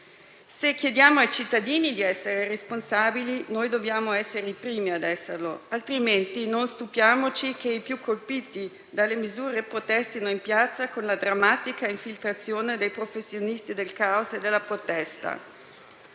Se chiediamo ai cittadini di essere responsabili, dobbiamo esserlo per primi, altrimenti non stupiamoci che i più colpiti dalle misure protestino in piazza con la drammatica infiltrazione dei professionisti del caos e della protesta.